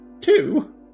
Two